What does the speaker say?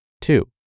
Two